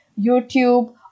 YouTube